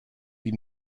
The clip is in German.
die